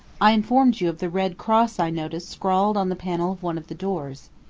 i informed you of the red cross i noticed scrawled on the panel of one of the doors.